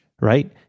right